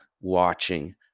watching